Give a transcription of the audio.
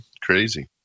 Crazy